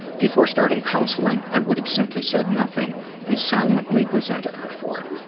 before starting counseling, i would have simply said nothing and silently resented her for it.